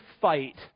fight